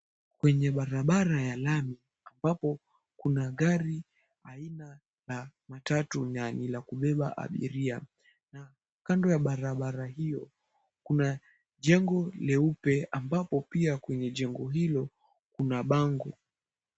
Kwenye barabara ya lami ambapo kuna gari aina na matatu na ni ya kubeba abiria na kando ya barabara hiyo kunajengo leupe ambapo pia kwenye jengo hilo kuna bango.